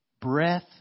Breath